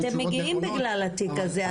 אתם מגיעים בגלל התיק הזה,